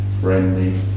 friendly